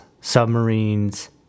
submarines